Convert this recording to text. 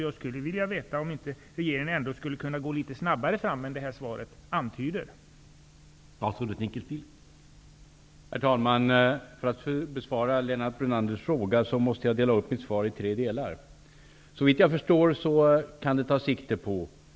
Jag skulle vilja veta om regeringen inte skulle kunna gå litet snabbare fram än vad som antyds i svaret.